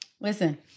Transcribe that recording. Listen